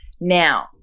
Now